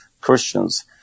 Christians